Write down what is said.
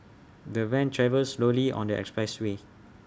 the van travelled slowly on the expressway